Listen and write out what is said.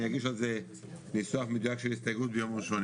אני אגיש על זה ניסוח מדויק של הסתייגות ביום ראשון,